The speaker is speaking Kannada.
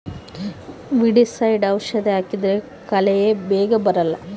ವೀಡಿಸೈಡ್ ಔಷಧಿ ಹಾಕಿದ್ರೆ ಕಳೆ ಬೇಗ ಬರಲ್ಲ